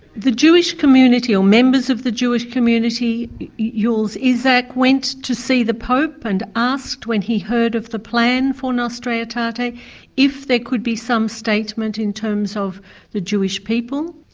the jewish community or members of the jewish community yeah jules isaac went to see the pope and asked when he heard of the plan for nostra aetate ah aetate if there could be some statement in terms of the jewish people.